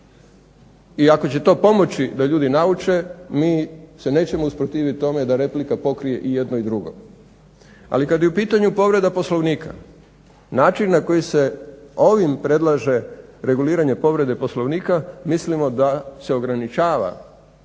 I ako će to pomoći da ljudi nauče, mi se nećemo usprotiviti tome da replika pokrije i jedno i drugo. Ali kada je u pitanju povreda Poslovnika, način na koji se ovim predlaže reguliranje povrede Poslovnika mislimo da se ograničava pravo